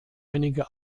einige